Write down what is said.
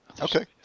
Okay